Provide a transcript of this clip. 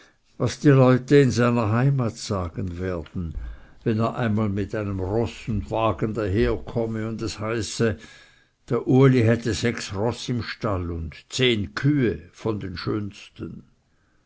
was die leute in seiner heimat sagen werden wenn er einmal mit eigenem roß und wagen daherkomme und es heiße der uli hätte sechs roß im stall und zehn kühe von den schönsten